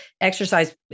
exercise